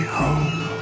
home